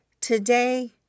Today